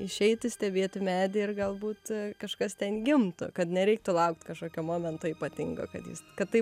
išeiti stebėti medį ir galbūt kažkas ten gimtų kad nereiktų laukt kažkokio momento ypatingo kad jis kad taip